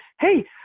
Hey